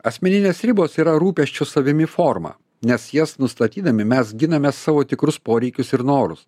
asmeninės ribos yra rūpesčio savimi forma nes jas nustatydami mes giname savo tikrus poreikius ir norus